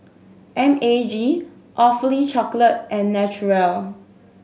M A G Awfully Chocolate and Naturel